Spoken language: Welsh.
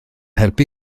helpu